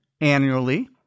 annually